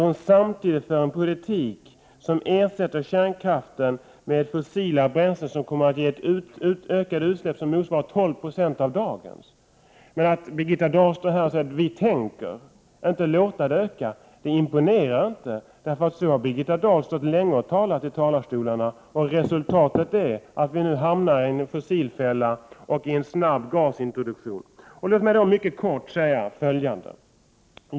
Hon för ju en politik som innebär att kärnkraften ersätts med fossila bränslen, som kommer att medföra större utsläpp. Utsläppen blir 12 20 större än dagens. Birgitta Dahl säger här: Vi tänker inte tillåta en ökning. Men det imponerar inte, för det har Birgita Dahl under lång tid upprepat i olika talarstolar. Resultatet är att vi nu hamnar i en fossilfälla och tvingas acceptera en snabb introduktion av gas. Sedan helt kort.